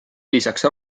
lisaks